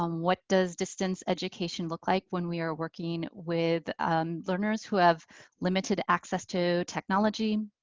um what does distance education look like when we are working with learners who have limited access to technology?